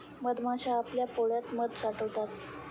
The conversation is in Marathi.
मधमाश्या आपल्या पोळ्यात मध साठवतात